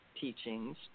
teachings